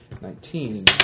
Nineteen